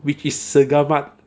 which is cigar mart